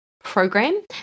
program